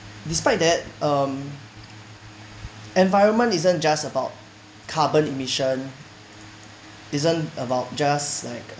despite that um environment isn't just about carbon emission isn't about just like